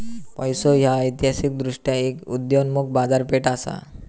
पैसो ह्या ऐतिहासिकदृष्ट्यो एक उदयोन्मुख बाजारपेठ असा